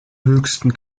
höchsten